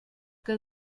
que